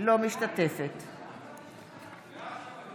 אינה משתתפת בהצבעה